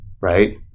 right